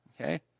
okay